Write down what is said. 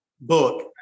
book